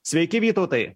sveiki vytautai